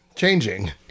changing